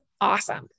awesome